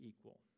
equal